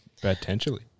Potentially